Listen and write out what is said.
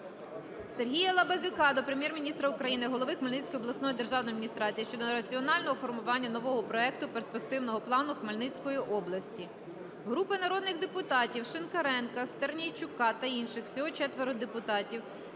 Сергія Лабазюка до Прем'єр-міністра України, голови Хмельницької обласної державної адміністрації щодо раціонального формування нового проекту перспективного плану Хмельницької області. Групи народних депутатів (Шинкаренка, Стернійчука та інших. Всього 4 депутатів)